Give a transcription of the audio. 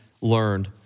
learned